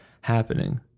happening